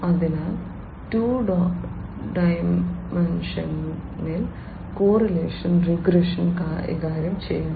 അതിനാൽ 2 ഡൈമൻഷനിൽ correlation regression കൈകാര്യം ചെയ്യുന്നു